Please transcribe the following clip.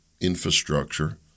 infrastructure